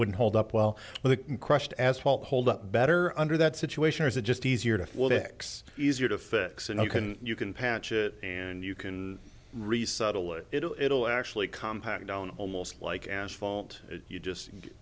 wouldn't hold up well with crushed asphalt hold up better under that situation or is it just easier to easier to fix and you can you can patch it and you can resettle it it'll it'll actually compact down almost like asphalt you